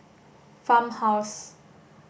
farmhouse